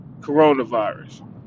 coronavirus